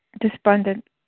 Despondent